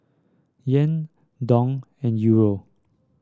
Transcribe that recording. Yen Dong and Euro